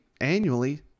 annually